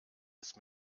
ist